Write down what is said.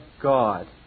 God